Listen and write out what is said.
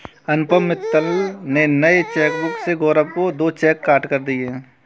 अनुपम मित्तल ने नए चेकबुक से गौरव को दो चेक काटकर दिया